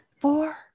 four